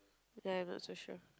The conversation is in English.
then I'm not so sure